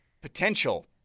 potential